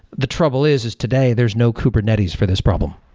the trouble is, is today there is no kubernetes for this problem.